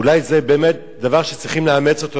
אולי זה באמת דבר שצריכים לאמץ אותו,